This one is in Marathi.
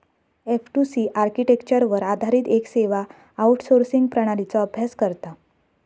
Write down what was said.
एफ.टू.सी आर्किटेक्चरवर आधारित येक सेवा आउटसोर्सिंग प्रणालीचो अभ्यास करता